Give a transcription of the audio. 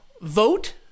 Vote